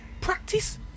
practice